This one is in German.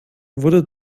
wurde